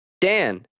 Dan